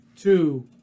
two